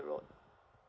road